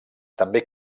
també